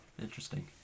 Interesting